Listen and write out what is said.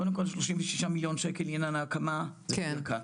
קודם כל 36 מליון שקל יהיו להקמה של -- כן,